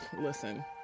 Listen